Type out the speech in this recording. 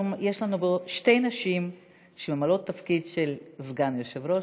יש לנו שתי נשים שממלאות תפקיד של סגן היושב-ראש,